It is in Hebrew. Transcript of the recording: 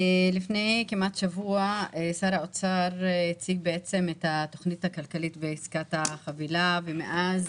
לפני כמעט שבוע שר האוצר הציג את התכנית הכלכלית ועסקת החבילה ומאז